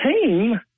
team